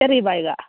ചെറിയ ബാഗാണ്